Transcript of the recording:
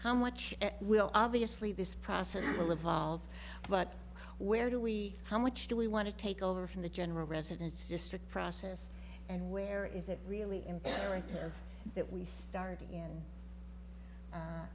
how much we'll obviously this process will evolve but where do we how much do we want to take over from the general residence district process and where is it really imperative that we start a